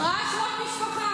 ראה שמות משפחה.